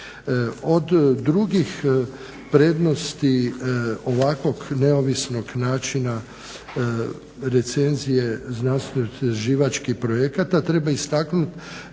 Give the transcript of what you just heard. Od drugih prednosti ovakvog neovisnog načina recenzije, znanstveno istraživačkih projekata treba istaknut